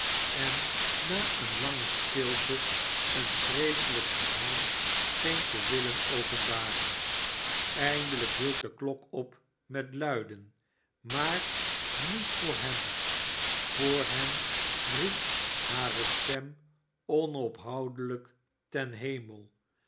en na eene lange stilte een vreeselijk geheim scheen te willen openbaren emdelijk hield de klok op met luiden maar niet voor hem voor hem nep hare stem onophoudelijk ten hemel